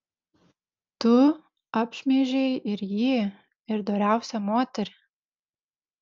tu apšmeižei ir jį ir doriausią moterį